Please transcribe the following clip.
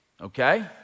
okay